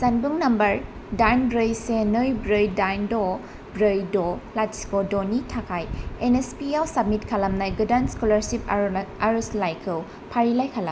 जानबुं नम्बर दाइन ब्रै से नै ब्रै दाइन द' ब्रै द' लाथिख' द'नि थाखाय एन एस पि आव साबमिट खालामनाय गोदान स्क'लारसिप आरजलाइखौ फारिलाइ खालाम